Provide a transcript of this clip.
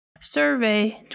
survey